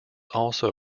also